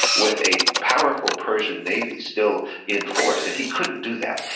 with a powerful persian navy still in force. and he couldn't do that.